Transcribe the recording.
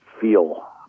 feel